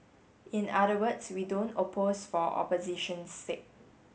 in other words we don't oppose for opposition's sake